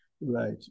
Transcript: Right